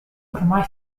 ormai